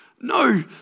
no